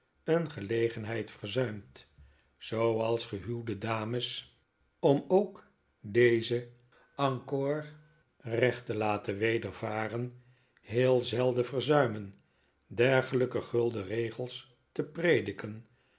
een gelegenheid verzuimd zooals gehuwde dames om ook deze en corps recht te laten wedervaren heel zelden verzuimen dtergelijke gulden regels te prediken